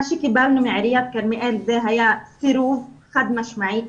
מה שקיבלנו מעיריית כרמיאל זה היה סירוב חד משמעי.